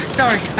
sorry